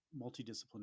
multidisciplinary